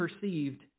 perceived